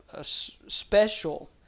special